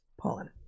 pollen